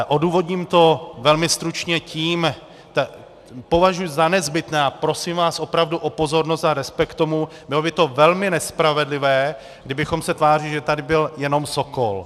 Odůvodním to velmi stručně tím považuji za nezbytné, a prosím vás opravdu o pozornost a respekt k tomu, bylo by to velmi nespravedlivé, kdybychom se tvářili, že tady byl jenom Sokol.